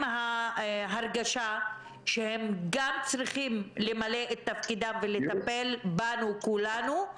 ההרגשה שהם גם צריכים למלא את תפקידם ולטפל בנו כולנו,